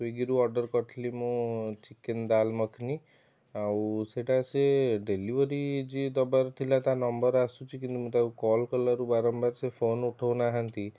ସ୍ୱିଗୀରୁ order କରିଥିଲି ମୁଁ chicken dal makhani ଆଉ ସେଇଟା ସେ ଡ଼େଲିଭରି ଯିଏ ଦବାର ଥିଲା ତା ନମ୍ବର ଆସୁଛି କିନ୍ତୁ ମୁଁ ତାକୁ କଲ କଲା ରୁ ବାରମ୍ବାର ସେ ଫୋନ ଉଠଉନାହାଁନ୍ତି